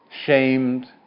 shamed